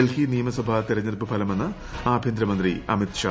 ഡൽഹി നിയമസഭാ തെരഞ്ഞെടുപ്പ് ഫലമെന്ന് ആഭ്യന്തരമന്ത്രി അമിത് ഷാ